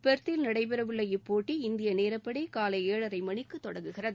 பெர்த்தில் நடைபெறவுள்ள இப்போட்டி இந்திய நேரப்படி காலை ஏழரை மணிக்கு தொடங்குகிறது